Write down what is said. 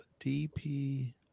DP